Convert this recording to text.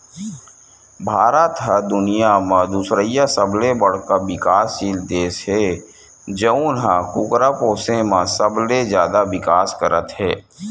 भारत ह दुनिया म दुसरइया सबले बड़का बिकाससील देस हे जउन ह कुकरा पोसे म सबले जादा बिकास करत हे